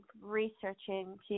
researching –